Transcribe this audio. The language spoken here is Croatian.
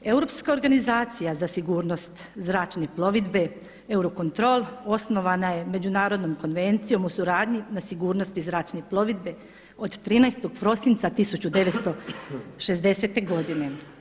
Europska organizacija za sigurnost zračne plovidbe Eurocontrol osnovana je Međunarodnom konvencijom o suradnji na sigurnosti zračne plovidbe od 13. prosinca 1960. godine.